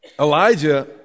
Elijah